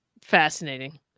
Fascinating